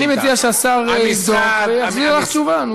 אני מציע שהשר יבדוק ויחזיר לך תשובה.